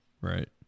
right